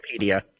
Wikipedia